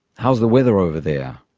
how's the weather over there?